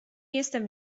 jestem